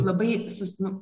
labai su nu